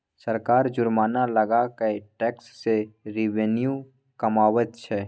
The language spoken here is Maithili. सरकार जुर्माना लगा कय टैक्स सँ रेवेन्यू कमाबैत छै